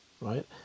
right